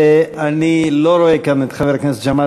אני לא רואה כאן את חבר הכנסת ג'מאל